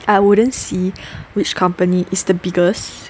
I wouldn't see which company is the biggest